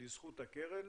לזכות הקרן